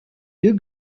deux